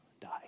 die